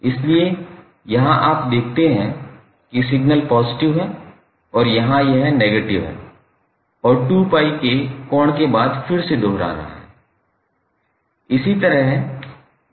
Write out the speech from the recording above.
इसलिए यहाँ आप देखते हैं कि सिग्नल पॉजिटिव है और यहाँ यह नेगेटिव है और 2𝜋 के कोण के बाद फिर से दोहरा रहा है